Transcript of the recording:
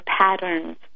patterns